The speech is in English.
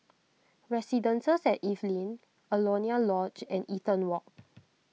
Residences at Evelyn Alaunia Lodge and Eaton Walk